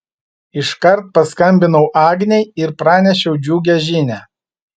iškart paskambinau agnei ir pranešiau džiugią žinią